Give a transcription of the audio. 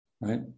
right